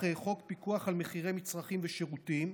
חוק פיקוח על מחירי מצרכים ושירותים.